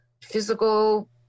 physical